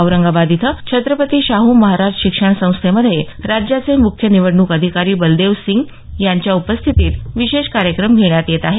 औरंगाबाद इथं छत्रपती शाहू महाराज शिक्षण संस्थेमध्ये राज्याचे मुख्य निवडणूक अधिकारी बलदेव सिंग यांच्या उपस्थितीत विशेष कार्यक्रम घेण्यात येत आहे